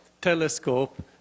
telescope